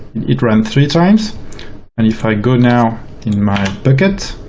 it ran three times and if i go now in my bucket,